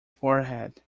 forehead